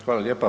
Hvala lijepo.